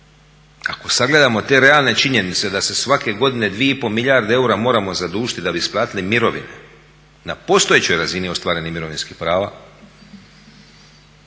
ako sagledamo te realne činjenice sa se svake godine 2 i pol milijarde eura moramo zadužiti da bi isplatili mirovine na postojećoj razini ostvarenih mirovinskih prava,